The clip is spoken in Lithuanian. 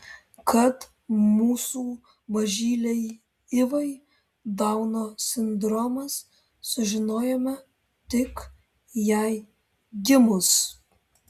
kad mūsų mažylei ivai dauno sindromas sužinojome tik jai gimus